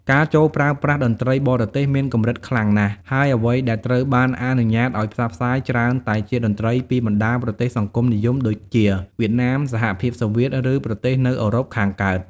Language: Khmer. ការចូលប្រើប្រាស់តន្ត្រីបរទេសមានកម្រិតខ្លាំងណាស់ ហើយអ្វីដែលត្រូវបានអនុញ្ញាតឱ្យផ្សព្វផ្សាយច្រើនតែជាតន្ត្រីពីបណ្ដាប្រទេសសង្គមនិយមដូចជា វៀតណាម សហភាពសូវៀត ឬប្រទេសនៅអឺរ៉ុបខាងកើត។